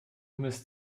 mist